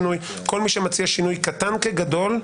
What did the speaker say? אני טוען שמה שאומרים שקרה, לא קרה, כי אני מדברת